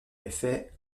effet